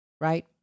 Right